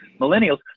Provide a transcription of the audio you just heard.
millennials